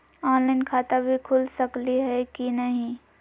Online खाता भी खुल सकली है कि नही?